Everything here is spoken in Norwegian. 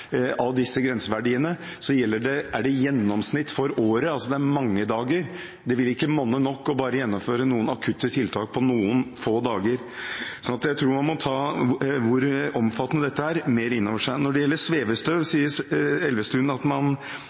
er det gjennomsnittet for året, altså mange dager. Det vil ikke monne nok bare å innføre noen akutte tiltak på noen få dager. Man må ta mer innover seg hvor omfattende dette er. Når det gjelder svevestøv, sier Elvestuen at man